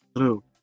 True